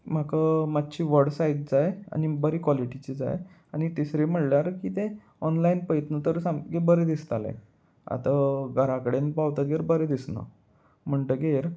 म्हाका मातशी व्हड सायज जाय आनी बरी कवॉलिटीची जाय आनी तिसरी म्हणल्यार की तें ऑनलायन पळयतना तर सामकें बरें दिसतालें आतां घराकडेन पावतगीर बरें दिसना म्हणटगीर